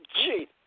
Jeez